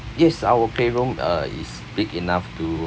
yes our playroom uh is big enough to